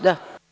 Da.